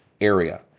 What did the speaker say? area